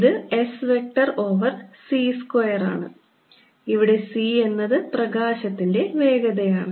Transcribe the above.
ഇത് S vector over C സ്ക്വയറാണ് ഇവിടെ C എന്നത് പ്രകാശത്തിന്റെ വേഗതയാണ്